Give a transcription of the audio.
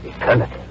eternity